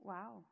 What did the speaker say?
Wow